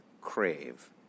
crave